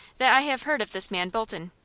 that i have heard of this man bolton.